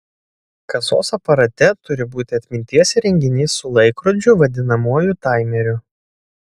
kasos aparate turi būti atminties įrenginys su laikrodžiu vadinamuoju taimeriu